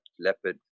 leopard